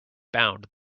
bound